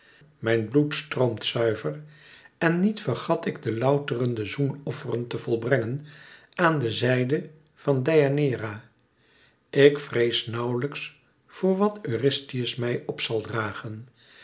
mijn bloed stroomt zuiver en niet vergat ik de louterende zoenofferen te volbrengen aan de zijde van deianeira ik vrees nauwlijks voor wat eurystheus mij op zal dragen